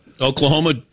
Oklahoma